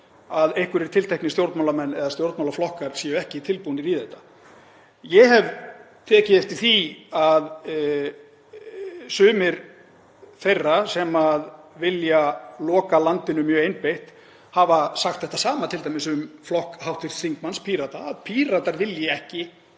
að einhverjir tilteknir stjórnmálamenn eða stjórnmálaflokkar séu ekki tilbúnir í þetta. Ég hef tekið eftir því að sumir þeirra sem vilja loka landinu mjög einbeitt hafa sagt þetta sama, t.d. um flokk hv. þm. Pírata, að Píratar vilji ekki